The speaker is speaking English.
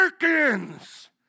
Americans